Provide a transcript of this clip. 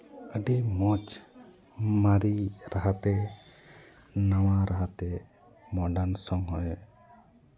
ᱟᱹᱰᱤ ᱢᱚᱡᱽ ᱢᱟᱨᱮ ᱨᱟᱦᱟᱛᱮ ᱱᱟᱣᱟ ᱨᱟᱦᱟᱛᱮ ᱢᱚᱰᱟᱨᱱ ᱥᱚᱝ ᱦᱚᱭ